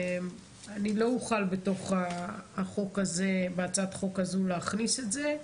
אני לא אוכל בהצעת חוק הזו להכניס את זה.